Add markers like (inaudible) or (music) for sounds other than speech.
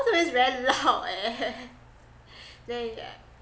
(laughs) is very loud eh (breath) then yeah